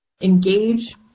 engage